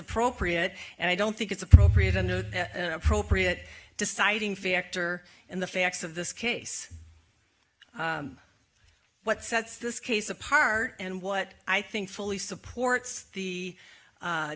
appropriate and i don't think it's appropriate and inappropriate deciding factor in the facts of this case what sets this case apart and what i think fully supports the